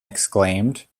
exclaimed